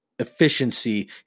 efficiency